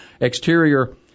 Exterior